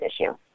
issue